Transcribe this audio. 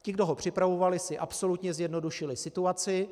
Ti, kdo ho připravovali, si absolutně zjednodušili situaci.